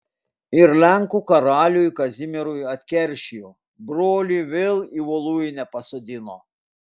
ir lenkų karaliui kazimierui atkeršijo brolį vėl į voluinę pasodino